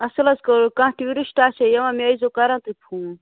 اَصل حظ کانٛہہ ٹوٗرِسٹ آسیا یِوان مےٚ ٲسۍ زیو کران تُہۍ فون